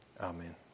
Amen